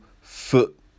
foot